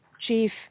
chief